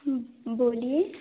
बोलिए